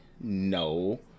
no